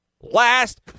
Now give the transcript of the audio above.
Last